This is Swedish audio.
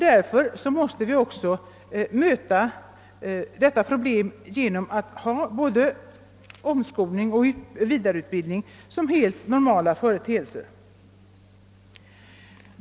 Därför måste vi också möta detta problem genom att betrakta både omskolning och vidareutbildning som helt normala företeelser.